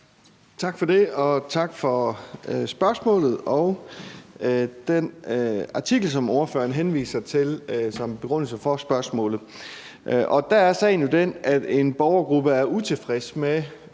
Tak for det. Tak for spørgsmålet og den artikel, som spørgeren henviser til som begrundelse for spørgsmålet. Der er sagen jo den, at en borgergruppe er utilfreds med